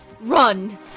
Run